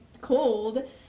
cold